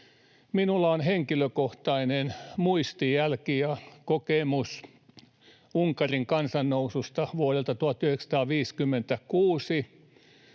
Minulla on henkilökohtainen muistijälki ja kokemus Unkarin kansannoususta vuodelta 1956,